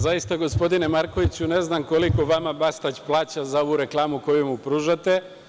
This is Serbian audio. Zaista, gospodine Markoviću, ne znam koliko vama Bastać plaća za ovu reklamu koju mu pružate.